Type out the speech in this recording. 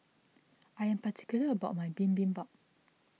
I am particular about my Bibimbap